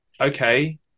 okay